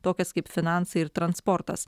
tokias kaip finansai ir transportas